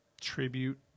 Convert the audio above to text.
tribute